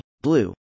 blue